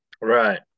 Right